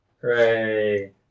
Hooray